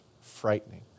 frightening